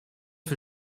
für